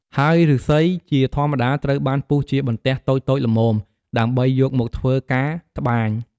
ហើយឫស្សីជាធម្មតាត្រូវបានពុះជាបន្ទះតូចៗល្មម ដើម្បីយកមកធ្វើការត្បាញ។